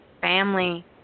Family